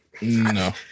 No